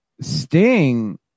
Sting